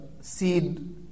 seed